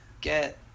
get